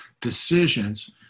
decisions